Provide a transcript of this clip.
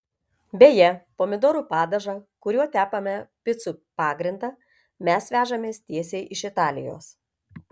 beje pomidorų padažą kuriuo tepame picų pagrindą mes vežamės tiesiai iš italijos